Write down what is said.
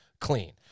clean